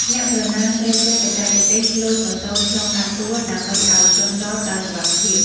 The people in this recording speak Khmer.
អ្នកប្រណាំងត្រូវចេះបច្ចេកទេសលោតម៉ូតូឆ្លងកាត់ទួល ដើម្បីឲ្យចុះចតដោយសុវត្ថិភាព។